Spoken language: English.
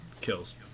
kills